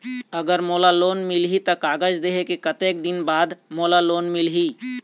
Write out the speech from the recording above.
अगर मोला लोन मिलही त कागज देहे के कतेक दिन बाद मोला लोन मिलही?